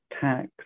tax